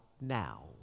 now